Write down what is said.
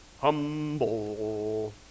humble